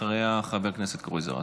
אחריה, חבר הכנסת קרויזר.